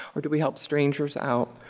or do we help strangers out?